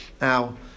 Now